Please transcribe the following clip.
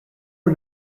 are